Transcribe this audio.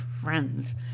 friends